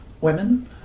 women